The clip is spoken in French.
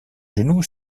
genoux